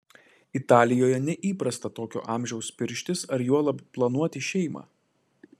italijoje neįprasta tokio amžiaus pirštis ar juolab planuoti šeimą